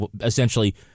essentially